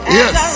yes